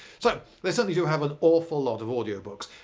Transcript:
so, they certainly do have an awful lot of audio books.